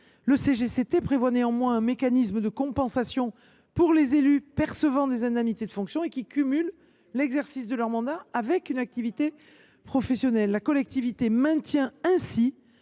prévoit néanmoins un mécanisme de compensation pour les élus qui perçoivent des indemnités de fonction et qui cumulent l’exercice de leur mandat avec une activité professionnelle. La collectivité maintient ainsi